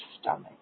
stomach